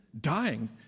dying